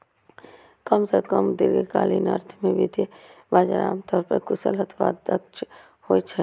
कम सं कम दीर्घकालीन अर्थ मे वित्तीय बाजार आम तौर पर कुशल अथवा दक्ष होइ छै